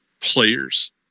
players